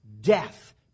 death